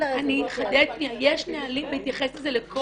אני אחדד שנייה, יש נהלים --- מצטערת,